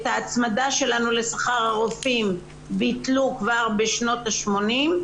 את ההצמדה שלנו לשכר הרופאים ביטלו כבר בשנות ה-80'